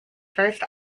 first